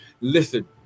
Listen